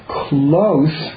close